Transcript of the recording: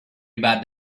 about